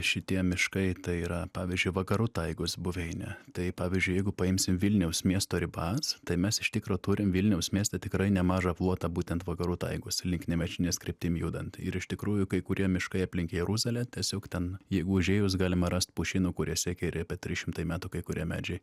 šitie miškai tai yra pavyzdžiui vakarų taigos buveinė tai pavyzdžiui jeigu paimsim vilniaus miesto ribas tai mes iš tikro turim vilniaus mieste tikrai nemažą plotą būtent vakarų taigos link nemenčinės kryptim judant ir iš tikrųjų kai kurie miškai aplink jeruzalę tiesiog ten jeigu užėjus galima rast pušynų kurie siekia ir apie trys šimtai metų kai kurie medžiai